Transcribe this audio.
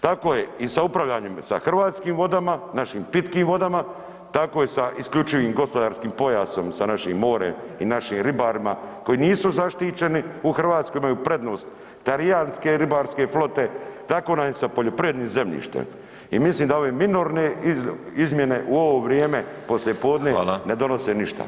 Tako je i sa upravljanjem sa hrvatskim vodama, našim pitkim vodana, tako je sa isključivim gospodarskim pojasom, sa našim morem i našim ribarima koji nisu zaštićeni, u Hrvatskoj imaju prednost talijanske ribarske flote, tako nam je sa poljoprivrednim zemljištem i mislim da ove minorne izmjene u ovo vrijeme poslijepodne ne donose ništa.